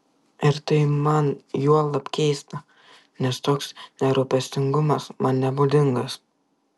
ir tai man juolab keista nes toks nerūpestingumas man nebūdingas